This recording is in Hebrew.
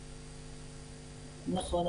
נכון,